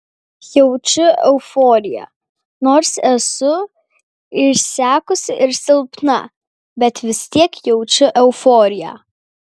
jaučiu euforiją nors esu išsekusi ir silpna bet vis tiek jaučiu euforiją